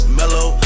mellow